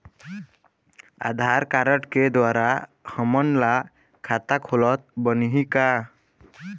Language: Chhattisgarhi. आधार कारड के द्वारा हमन ला खाता खोलत बनही का?